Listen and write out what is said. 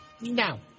No